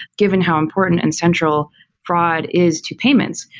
given how important and central fraud is to payments.